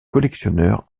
collectionneurs